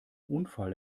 unfall